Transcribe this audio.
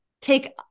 take